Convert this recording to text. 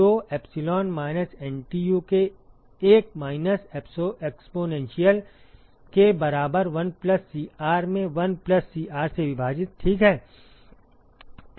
तो epsilon minus NTU के एक माइनस एक्सपोनेंशियल के बराबर 1 प्लस सीआर में 1 प्लस सीआर से विभाजित ठीक है